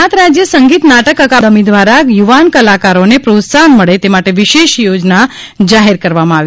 ગુજરાત રાજ્ય સંગીત નાટક અકાદમી દ્વારા યુવાન કલાકરોને પ્રોત્સાહન મળે તે માટે વિશેષ યોજના જાહેર કરવામાં આવી